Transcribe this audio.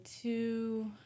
two